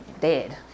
dead